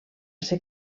ser